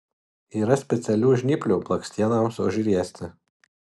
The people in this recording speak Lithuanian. yra specialių žnyplių blakstienoms užriesti